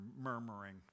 murmuring